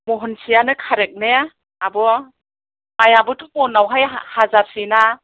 मह'नसेआनो correct ने आब' माइ आबोथ' मन आव हाजारसे ना